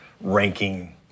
ranking